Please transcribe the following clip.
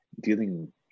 dealing